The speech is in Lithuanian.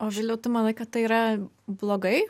o viliau tu manai kad tai yra blogai